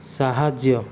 ସାହାଯ୍ୟ